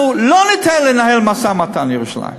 אנחנו לא ניתן לנהל משא-ומתן על ירושלים.